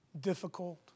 difficult